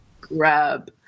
grab